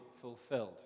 fulfilled